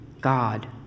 God